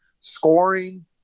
scoring